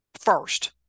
first